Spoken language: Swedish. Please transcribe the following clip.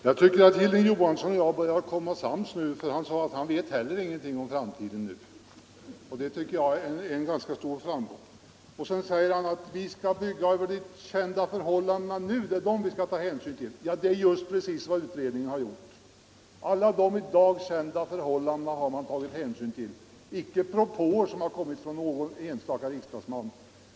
Herr talman! Jag tycker att Hilding Johansson och jag börjar komma sams, för nu sade han att han vet heller ingenting om framtiden. Det tycker jag är ett ganska stort framsteg. Vidare sade han att det är de nu kända förhållandena vi skall ta hänsyn till. Ja, det är just precis vad utredningen har gjort. Alla i dag kända förhållanden har man tagit hänsyn till och icke till propåer som kommit från någon enstaka riksdagsman.